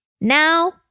now